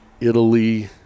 Italy